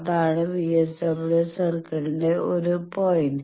അതാണ് VSWR സർക്കിളിന്റെ ഒരു പോയിന്റ്